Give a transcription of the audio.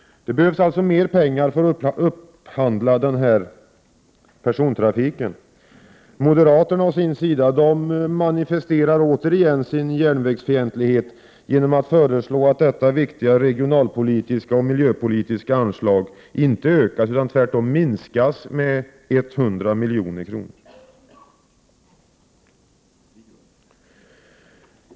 Det behövs alltså mer pengar för att upphandla den här persontrafiken. Moderaterna manifesterar återigen sin järnvägsfientlighet genom att föreslå att detta viktiga regionalpolitiska och miljöpolitiska anslag inte ökas utan tvärtom minskas med 100 milj.kr.